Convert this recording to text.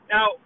Now